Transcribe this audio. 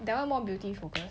that one more beauty focus